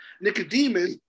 Nicodemus